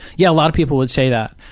yeah, a lot of people would say that.